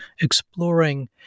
exploring